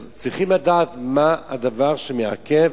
אז צריכים לדעת מה הדבר שמעכב,